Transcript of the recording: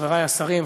חברי השרים,